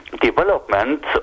development